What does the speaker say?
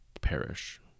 perish